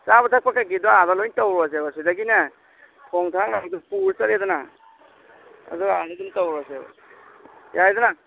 ꯆꯥꯕ ꯊꯛꯄ ꯀꯩꯀꯩꯗꯣ ꯑꯥꯗ ꯂꯣꯏ ꯇꯧꯔꯨꯔꯁꯦꯕ ꯁꯤꯗꯒꯤꯅꯦ ꯊꯣꯡ ꯊꯥꯛꯅꯕꯗꯨ ꯄꯨꯔꯒ ꯆꯠꯂꯦꯗꯅ ꯑꯗꯨꯒ ꯑꯥꯗ ꯑꯗꯨꯝ ꯇꯧꯔꯨꯔꯁꯦꯕ ꯌꯥꯏꯗꯅ